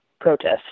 protest